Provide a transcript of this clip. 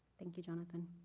thank you, jonathan.